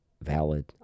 valid